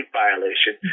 violation